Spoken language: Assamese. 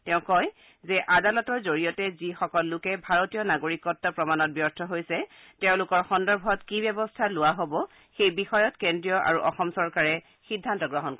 তেওঁ কয় যে আদালতৰ জৰিয়তে যিসকল লোকে ভাৰতীয় নাগৰিকত্ব প্ৰমাণত ব্যৰ্থ হৈছে তেওঁলোকৰ সন্দৰ্ভত কি ব্যৱস্থা লোৱা হ'ব সেই বিষয়ত কেন্দ্ৰীয় আৰু অসম চৰকাৰে সিদ্ধান্ত গ্ৰহণ কৰিব